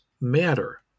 matter